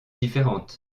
différentes